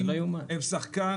ישיבה שבה,